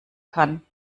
kann